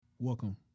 Welcome